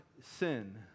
sin